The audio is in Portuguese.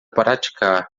praticar